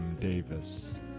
Davis